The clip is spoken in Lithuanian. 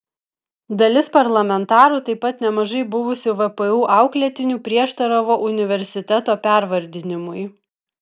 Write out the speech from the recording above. dalis parlamentarų taip pat nemažai buvusių vpu auklėtinių prieštaravo universiteto pervardinimui